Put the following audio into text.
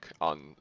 on